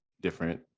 different